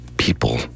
People